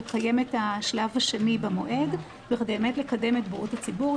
לקיים את השלב השני במועד בכדי לקדם את בריאות הציבור,